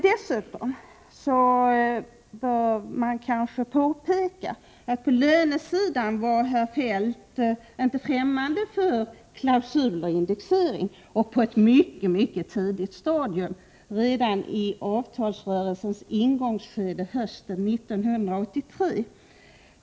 Dessutom bör man kanske påpeka att på lönesidan var herr Feldt inte främmande för klausuler och indexering — och detta på ett mycket tidigt stadium, redan i avtalsrörelsens ingångsskede hösten 1983.